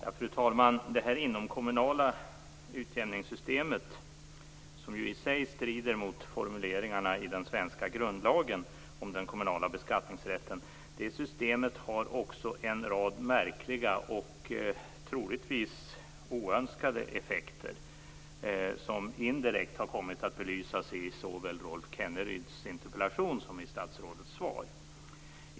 Fru talman! Det inomkommunala utjämningssystemet, som i sig strider mot formuleringarna i den svenska grundlagen om den kommunala beskattningsrätten, har också en rad märkliga och troligtvis oönskade effekter som indirekt har kommit att belysas i såväl Rolf Kenneryds interpellation som i statsrådets svar.